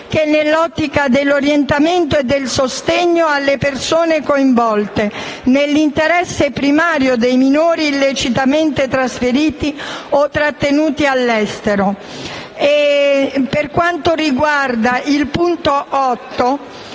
che nell'ottica dell'orientamento e del sostegno alle persone coinvolte, nell'interesse primario dei minori illecitamente trasferiti o trattenuti all'estero. Per quanto riguarda l'impegno 8),